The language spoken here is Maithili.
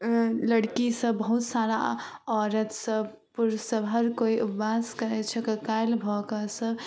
लड़कीसभ बहुत सारा औरतसभ पुरुषसभ हर कोइ उपवास करै छै ओकर काल्हि भऽ कऽ सभ